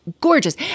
gorgeous